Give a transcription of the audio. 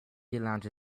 lounge